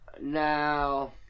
Now